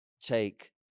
take